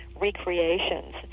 recreations